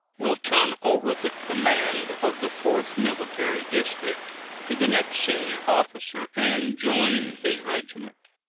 will turn over the command of the fourth military district to the next senior officer and join his regiment.